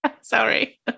Sorry